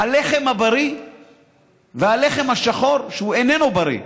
הלחם הבריא והלחם השחור, שהוא איננו בריא,